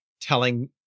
telling